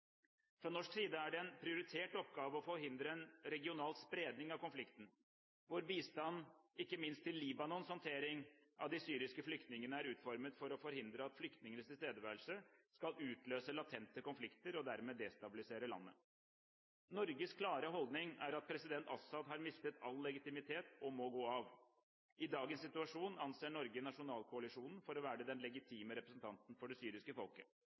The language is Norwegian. Fra norsk side er det en prioritert oppgave å forhindre en regional spredning av konflikten. Vår bistand ikke minst til Libanons håndtering av de syriske flyktningene er utformet for å forhindre at flyktningenes tilstedeværelse skal utløse latente konflikter og dermed destabilisere landet. Norges klare holdning er at president Assad har mistet all legitimitet og må gå av. I dagens situasjon anser Norge Nasjonalkoalisjonen for å være den legitime representanten for det syriske folket.